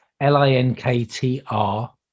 L-I-N-K-T-R